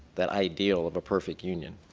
that ideal of a perfect union.